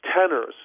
tenors